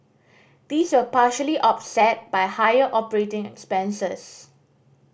these were partially offset by higher operating expenses